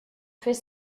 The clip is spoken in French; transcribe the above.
fais